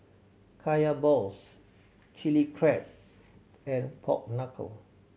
Kaya balls Chilli Crab and pork knuckle